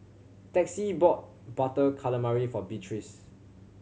Texie bought Butter Calamari for Beatriz